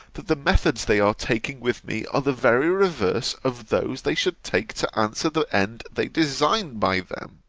that the methods they are taking with me are the very reverse of those they should take to answer the end they design by them.